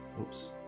oops